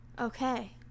Okay